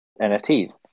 NFTs